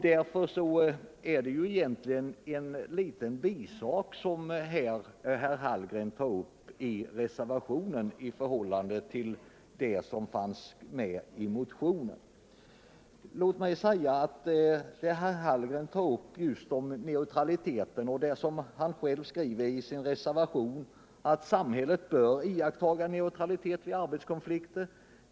Därför är egentligen det som herr Hallgren tar upp i reservationen en liten bisak i förhållande till de krav som finns i motionen. Herr Hallgren tar upp frågan om neutraliteten vid arbetskonflikter, och han skriver själv i sin reservation: ”Samhället bör iakttaga neutralitet vid arbetskonflikter.